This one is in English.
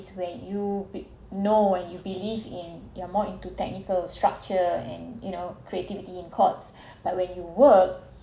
when you know when you believe in you're more into technical structure and you know creativity in courts but when you work